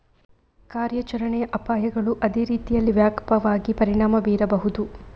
ಕಾರ್ಯಾಚರಣೆಯ ಅಪಾಯಗಳು ಅದೇ ರೀತಿಯಲ್ಲಿ ವ್ಯಾಪಕವಾಗಿ ಪರಿಣಾಮ ಬೀರಬಹುದು